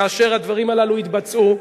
כאשר הדברים הללו התבצעו.